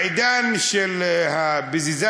בעידן של הביביזציה,